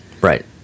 Right